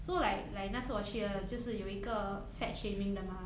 so like like 那时我去的就是有一个 fat shaming 的 mah